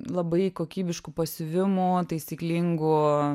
labai kokybiškų pasiuvimų taisyklingų